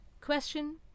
Question